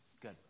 Good